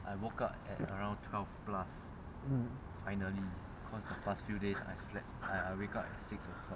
mm